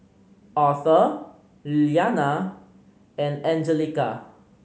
Aurthur Lilyana and Anjelica